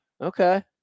Okay